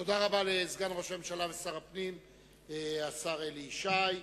תודה רבה לסגן ראש הממשלה ושר הפנים השר אלי ישי.